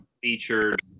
featured